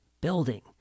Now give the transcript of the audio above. building